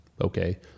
okay